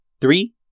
Three